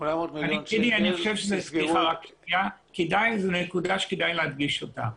נקודה שכדאי להדגיש אותה.